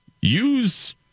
Use